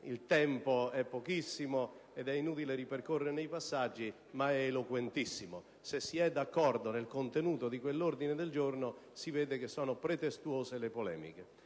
Il tempo è pochissimo ed è inutile ripercorrerne i passaggi, ma è eloquentissimo; se si è d'accordo sul contenuto di quell'ordine del giorno si vede che sono pretestuose le polemiche.